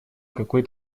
какой